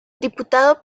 diputado